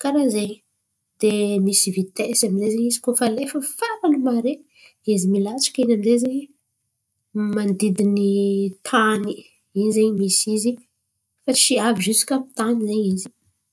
tany de misy vitesy. Koa fa alefa farany mare izy milatsaka in̈y amizay man̈odidiny tany fa tsy avy zisika amin’ny tany zen̈y in̈y.